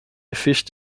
fished